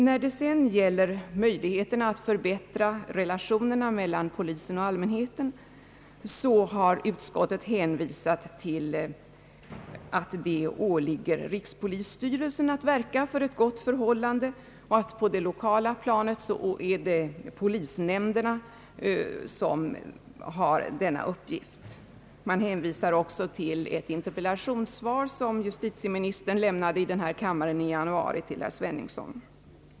Vad beträffar möjligheterna att förbättra relationerna mellan polisen och allmänheten har utskottet hänvisat till att det åligger rikspolisstyrelsen att verka för ett gott förhållande och att på det lokala planet polisnämnderna har denna uppgift. Utskottet hänvisar också till ett interpellationssvar som justitieministern lämnade i denna kammare i januari till herr Sveningsson.